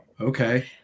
Okay